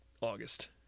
august